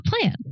plan